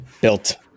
built